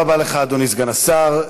תודה רבה לך, אדוני סגן השר.